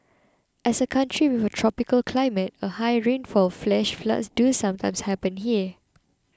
as a country with a tropical climate and high rainfall flash floods do sometimes happen here